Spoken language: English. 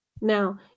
Now